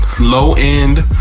low-end